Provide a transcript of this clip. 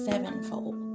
Sevenfold